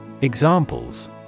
Examples